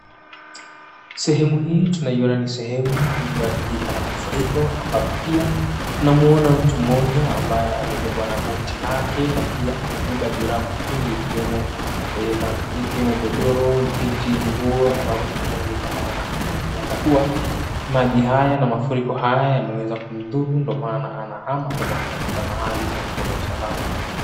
Sehemu hii tunaiona ni sehemu iliyoathirika na mafuriko ambapo pia tunamuona mtu mmoja ambaye amebebwa na boti lake na pia amebeba virago vingi ikiwemo ikiwemo godoro, viti, nguo ambapo tunamuona ni kama anahama inaweza kuwa maji haya na mafuriko haya yameweza kumdhuru ndio maana anahama kwenda kutafuta mahali palipo na usalama.